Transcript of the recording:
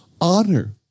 honor